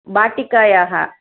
भाटिकायाः